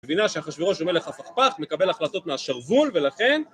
מבינה שאחשוורוש הוא מלך הפכפך, מקבל החלטות מהשרוול, ולכן...